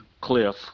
cliff